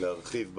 לוק להרחיב.